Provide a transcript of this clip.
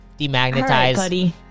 demagnetize